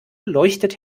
leuchtet